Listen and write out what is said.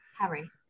harry